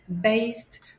based